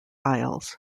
isles